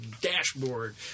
dashboard